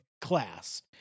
class